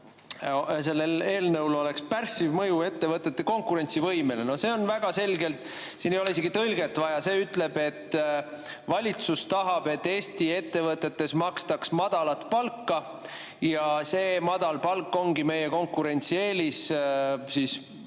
sellel eelnõul oleks pärssiv mõju ettevõtete konkurentsivõimele. No see väga selgelt – siin ei ole isegi tõlget vaja – ütleb, et valitsus tahab, et Eesti ettevõtetes makstaks madalat palka ja see madal palk ongi siis meie konkurentsieelis